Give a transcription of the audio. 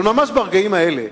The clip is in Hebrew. אבל ממש ברגעים האלה,